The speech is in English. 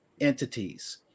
entities